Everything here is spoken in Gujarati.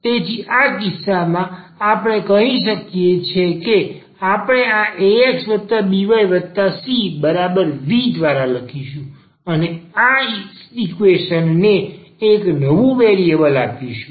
તેથી આ કિસ્સામાં આપણે કહીએ છીએ કે આપણે આ axbycv દ્વારા બદલીશું અને આપણે આ ઈકવેશન ને એક નવું વેરિએબલ આપીશું